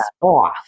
off